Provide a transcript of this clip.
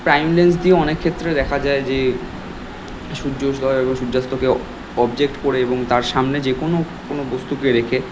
prime lens দিয়েও অনেক ক্ষেত্রে দেখা যায় যে সূর্যোদয় এবং সূর্যাস্তকে অবজেক্ট করে এবং তার সামনে যে কোনও কোনও বস্তুকে রেখে